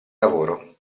lavoro